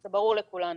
דבר אחרון,